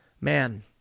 Man